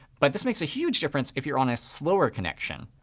but this makes a huge difference if you're on a slower connection.